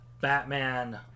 Batman